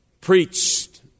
preached